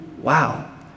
wow